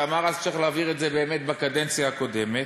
שאמר אז שצריך להעביר את זה באמת בקדנציה הקודמת,